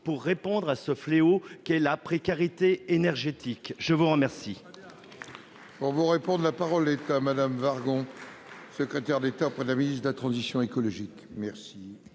pour répondre à ce fléau qu'est la précarité énergétique ? La parole